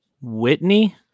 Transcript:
Whitney